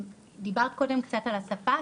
דיברת קודם קצת על השפה,